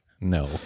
No